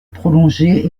prolonger